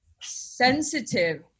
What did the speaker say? sensitive